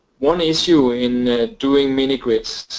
one issue in doing mini-grids